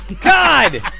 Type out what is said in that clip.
God